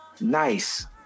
nice